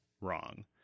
wrong